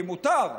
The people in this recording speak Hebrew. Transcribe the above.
כי מותר,